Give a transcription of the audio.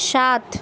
সাত